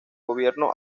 gobierno